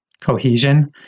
cohesion